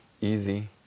Easy